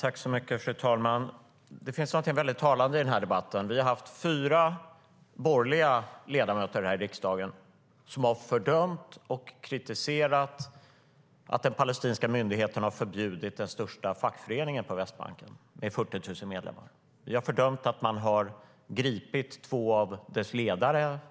Fru talman! Det finns något som är mycket talande i debatten. Vi har haft fyra borgerliga ledamöter som har fördömt och kritiserat att den palestinska myndigheten har förbjudit den största fackföreningen på Västbanken, med 40 000 medlemmar. Vi har fördömt att man har gripit två av dess ledare.